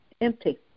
empty